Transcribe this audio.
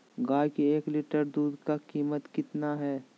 गाय के एक लीटर दूध का कीमत कितना है?